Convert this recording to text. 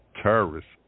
terrorists